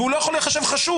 והוא לא יכול להיחשב חשוד.